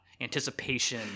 anticipation